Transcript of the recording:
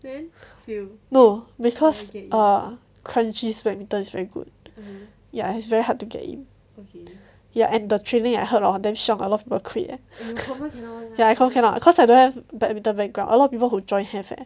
no because err kranji's badminton is very good ya it's very hard to get in okay ya and the training I heard hor damn shiong a lot of people quit eh I cannot cause I don't have badminton background a lot of people who join have leh